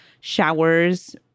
showers